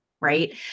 Right